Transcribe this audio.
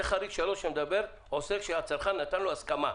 זה חריג 3 שמדבר על עוסק שהצרכן נתן לו הסכמה.